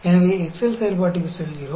எனவே எக்செல் செயல்பாட்டிற்கு செல்கிறோம்